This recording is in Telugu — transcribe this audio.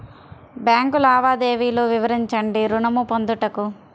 బ్యాంకు లావాదేవీలు వివరించండి ఋణము పొందుటకు?